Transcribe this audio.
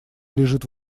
лежит